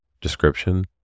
description